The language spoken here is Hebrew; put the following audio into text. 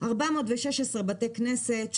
416 בתי כנסת,